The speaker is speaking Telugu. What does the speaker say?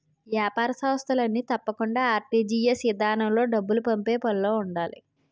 ఏపార సంస్థలన్నీ తప్పకుండా ఆర్.టి.జి.ఎస్ ఇదానంలో డబ్బులు పంపే పనులో ఉండాలి